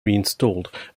reinstalled